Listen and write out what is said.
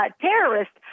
terrorists